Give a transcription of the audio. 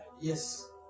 Yes